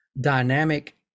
dynamic